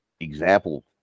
example